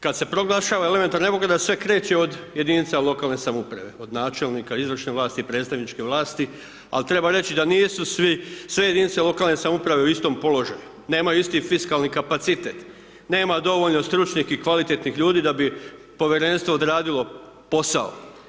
Kad se proglašava elementarna nepogoda sve kreće od jedinica lokalne samouprave, od načelnika, izvršne vlasti, predstavničke vlasti ali treba reći da nisu sve jedinice lokalne samouprave u istom položaju, nemaju isti fiskalni kapacitet, nema dovoljno stručnih i kvalitetnih ljudi da bi povjerenstvo odradilo posao.